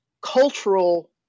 cultural